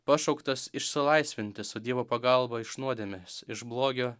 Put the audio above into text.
pašauktas išsilaisvinti su dievo pagalba iš nuodėmės iš blogio